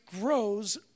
grows